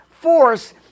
force